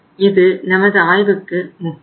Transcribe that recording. இது நமது ஆய்வுக்கு முக்கியம்